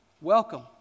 Welcome